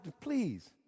Please